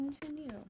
Continue